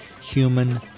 human